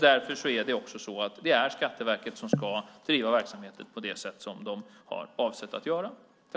Därför ska Skatteverket driva verksamheten på det sätt som de har avsett att göra.